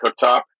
cooktop